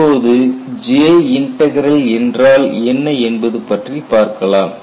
இப்போது J integral என்றால் என்ன என்பது பற்றிப் பார்க்கலாம்